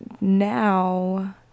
now